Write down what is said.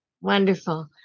Wonderful